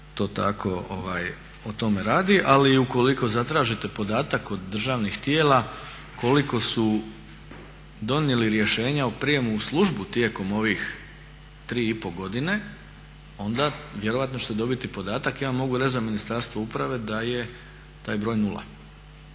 to tako o tome radi. Ali ukoliko zatražite podatak od državnih tijela koliko su donijeli rješenja o prijemu u službu tijekom ovih 3,5 godine onda ćete vjerojatno dobiti podatak. Ja vam mogu reći za Ministarstvo uprave da je taj broj nula.